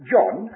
John